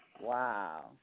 Wow